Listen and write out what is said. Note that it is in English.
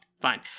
fine